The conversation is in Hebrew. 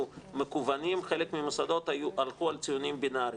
מקוונים חלק מהמוסדות הלכו על ציונים בינריים.